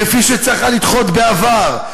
כפי שצריך היה לדחות בעבר,